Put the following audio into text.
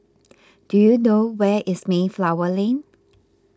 do you know where is Mayflower Lane